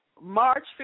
March